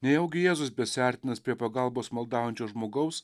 nejaugi jėzus besiartinąs prie pagalbos maldaujančio žmogaus